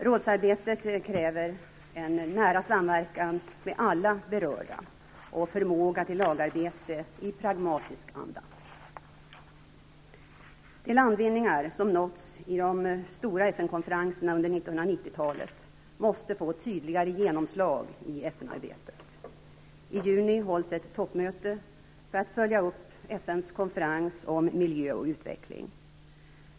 Rådsarbetet kräver en nära samverkan med alla berörda och förmåga till lagarbete i pragmatisk anda. De landvinningar som nåtts i de stora FN konferenserna under 1990-talet måste få tydligare genomslag i FN-arbetet. I juni hålls ett toppmöte för att följa upp FN:s konferens om miljö och utveckling.